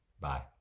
Bye